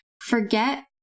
forget